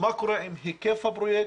מה קורה עם היקף הפרויקט,